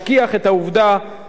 בנדיבותו,